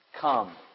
come